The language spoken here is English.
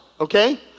okay